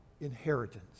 inheritance